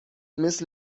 مثل